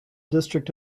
district